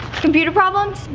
computer problems?